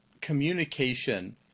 communication